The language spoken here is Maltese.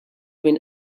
min